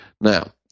Now